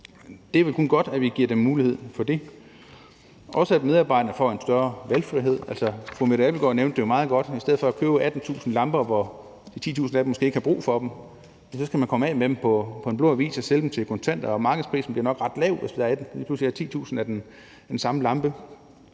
Det er vel kun godt, at vi giver dem mulighed for det – og også, at medarbejderne får en større valgfrihed. Fru Mette Abildgaard nævnte det jo meget godt. Man køber 18.000 lamper, hvor der måske ikke er brug for de 10.000 af dem, og så kommer man af med dem på Den Blå Avis og sælger dem til kontanter, og markedsprisen bliver nok ret lav, hvis der lige pludselig er 10.000 af den samme lampe.